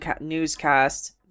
newscast